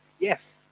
Yes